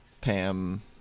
Pam